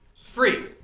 free